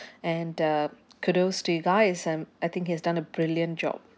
and uh kudos to you guys um I think he has done a brilliant job